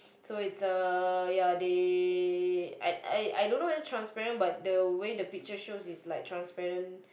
so it's a ya they I I I don't know whether transparent but the way the picture shows is like transparent